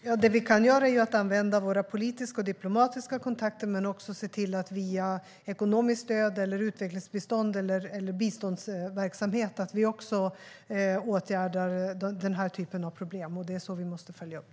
Herr talman! Det vi kan göra är att använda våra politiska och diplomatiska kontakter. Vi kan också via ekonomiskt stöd, utvecklingsbistånd eller biståndsverksamhet se till att åtgärda denna typ av problem. Det är så vi måste följa upp.